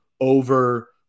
over